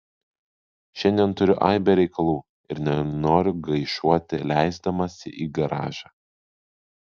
šiandien turiu aibę reikalų ir nenoriu gaišuoti leisdamasi į garažą